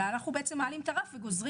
אלא בעצם אנחנו מעלים את הרף וגוזרים